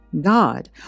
God